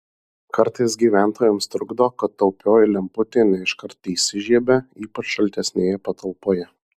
kartais gyventojams trukdo kad taupioji lemputė ne iškart įsižiebia ypač šaltesnėje patalpoje